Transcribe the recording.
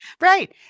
Right